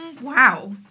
wow